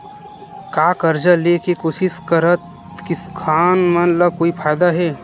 का कर्जा ले के कोशिश करात किसान मन ला कोई फायदा हे?